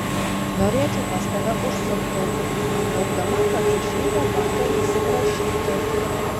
norėčiau pas tave užsukti miaukdama kačiušytė bando įsiprašyti